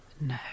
no